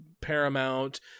Paramount